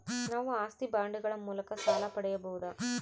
ನಾವು ಆಸ್ತಿ ಬಾಂಡುಗಳ ಮೂಲಕ ಸಾಲ ಪಡೆಯಬಹುದಾ?